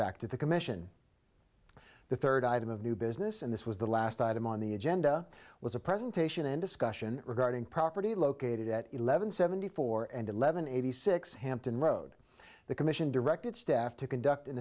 back to the commission the third item of new business and this was the last item on the agenda was a presentation and discussion regarding property located at eleven seventy four and eleven eighty six hampton road the commission directed staff to conduct an